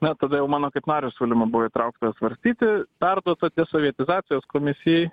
na tada jau mano kaip nario siūlymas buvo įtrauktas svarstyti perduota desovietizacijos komisijai